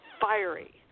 fiery